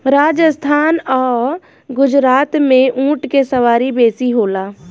राजस्थान आ गुजरात में ऊँट के सवारी बेसी होला